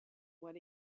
what